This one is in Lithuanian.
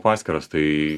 paskyras tai